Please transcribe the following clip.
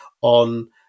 on